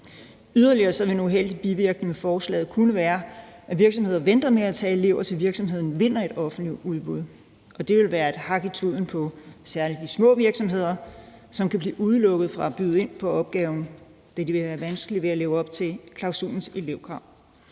Yderligere kunne en uheldig bivirkning af forslaget være, at virksomheder venter med at tage elever, til virksomheden vinder et offentlig udbud, og det ville være et hak i tuden på særlig de små virksomheder, som kan blive udelukket fra at byde ind på opgaven, da de ville have vanskeligt ved at leve op til klausulens elevkrav.